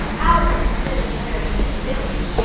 ours is considered a very pretty village.